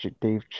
Dave